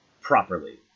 properly